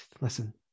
listen